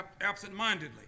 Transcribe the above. absent-mindedly